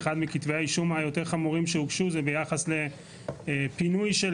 אחד מכתבי האישום היותר חמורים שהוגשו זה ביחס לפינוי של